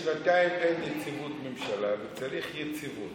מה תגידי, שנתיים אין יציבות בממשלה וצריך יציבות.